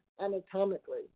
anatomically